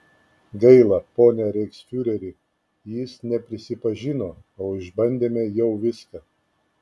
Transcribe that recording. gaila pone reichsfiureri jis neprisipažino o išbandėme jau viską